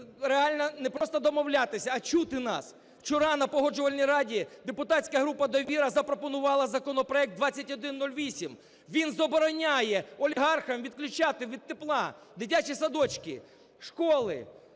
реально не просто домовлятися, а чути нас. Вчора на Погоджувальній раді депутатська група "Довіра" запропонувала законопроект 2108. Він забороняє олігархам відключати від тепла дитячі садочки, школи,